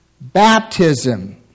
baptism